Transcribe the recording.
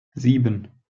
sieben